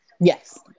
Yes